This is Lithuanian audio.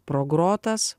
pro grotas